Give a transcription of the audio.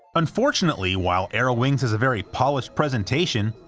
unfortunately, while aerowings has a very polished presentation,